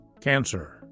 Cancer